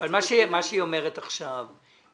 מה שהיא אומרת עכשיו,